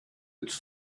its